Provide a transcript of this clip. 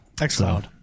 Excellent